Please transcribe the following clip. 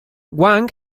wang